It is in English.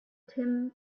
tim